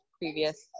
previous